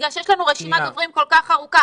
בגלל שיש לנו רשימת דוברים כל כך ארוכה,